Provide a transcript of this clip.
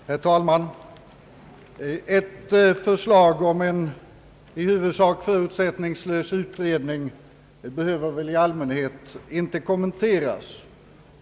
Herr talman! Ett förslag om en i huvudsak förutsättningslös utredning behöver väl i allmänhet inte kommenteras.